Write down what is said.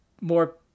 more